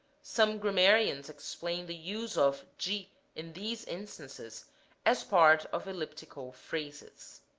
some grammarians explain the use of de in these instances as part of elliptical phrases.